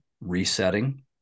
resetting